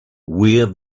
wear